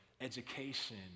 education